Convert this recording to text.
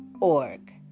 org